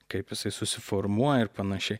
kaip jisai susiformuoja ir panašiai